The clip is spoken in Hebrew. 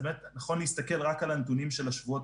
אז נכון להסתכל רק על הנתונים של השבועות